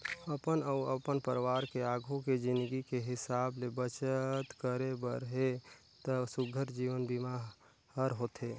अपन अउ अपन परवार के आघू के जिनगी के हिसाब ले बचत करे बर हे त सुग्घर जीवन बीमा हर होथे